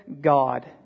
God